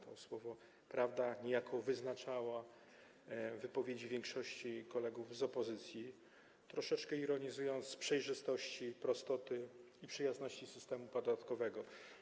To słowo „prawda” niejako wyznaczało kierunek wypowiedzi większości kolegów z opozycji - troszeczkę ironizując - co do przejrzystości, prostoty i przyjazności systemu podatkowego.